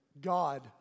God